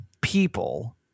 people